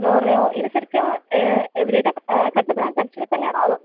നൂറ് രൂപയോ ഇത് ശരിക്കും എവിടെയായിട്ടാണ് കട്ടപ്പന ജംഗ്ഷനില് തന്നെയാണോ അതോ